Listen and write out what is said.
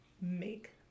make